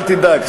אל תדאג,